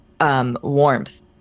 warmth